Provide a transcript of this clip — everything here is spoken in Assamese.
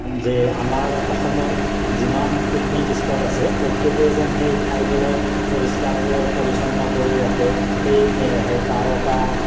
যে আমাৰ অসমৰ যিমান পিকনিক স্পট আছে প্ৰত্যেকেই যেন সেই ঠাইবোৰো পৰিষ্কাৰ কৰি পৰিচ্ছন্ন কৰি ৰাখে সেই তাৰ এটা